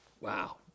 Wow